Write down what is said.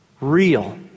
real